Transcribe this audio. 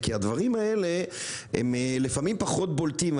כי הדברים האלה הם לפעמים פחות בולטים.